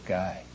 guy